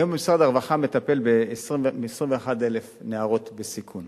היום משרד הרווחה מטפל ב-21,000 נערות בסיכון,